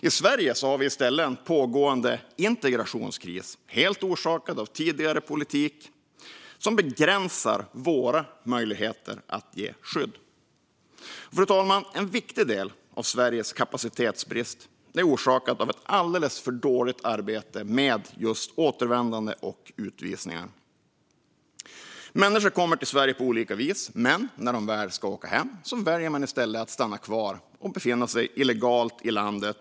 I Sverige har vi i stället en pågående integrationskris, helt orsakad av tidigare politik, som begränsar våra möjligheter att ge skydd. Fru talman! En viktig del av Sveriges kapacitetsbrist är orsakad av ett alldeles för dåligt arbete med just återvändande och utvisningar. Människor kommer till Sverige på olika vis, men när de väl ska åka hem väljer de i stället att stanna kvar och befinna sig illegalt i landet.